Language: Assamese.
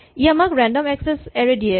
ই আমাক ৰেন্ডম একছেছ এৰে দিয়ে